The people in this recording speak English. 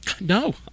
No